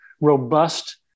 robust